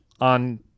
on